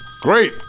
Great